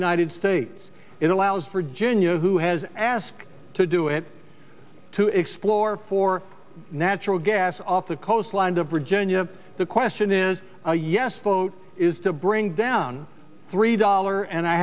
united states it allows virginia who has asked to do it to explore for natural gas off the coastline to virginia the question is a yes vote is to bring down three dollar and